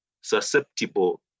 susceptible